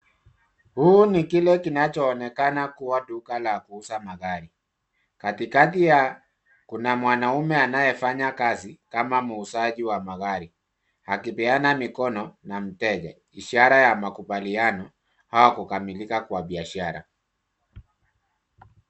Huu ni kile kinachoonekana kuwa duka la kuuza magari. Katikati kuna mwanaume anayefanya kazi kama muuzaji wa magari akipeana mikono na mteja, ishara ya makubaliano au kukamilika kwa biashara.